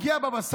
מגיע הבבא סאלי,